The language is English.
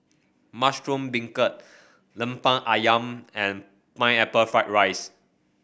Mushroom Beancurd lemper ayam and Pineapple Fried Rice